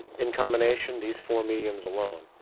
in combination these four mediums alone,